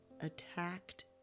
attacked